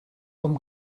com